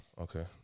Okay